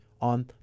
on